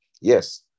Yes